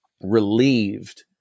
relieved